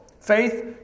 Faith